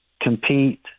compete